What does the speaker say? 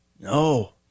no